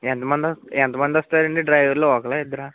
ఎంతమంది ఎంతమంది వస్తారండి డ్రైవర్లు ఒకరా ఇద్దరా